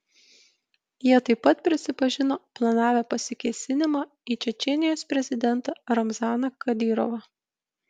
jie taip pat prisipažino planavę pasikėsinimą į čečėnijos prezidentą ramzaną kadyrovą